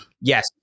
Yes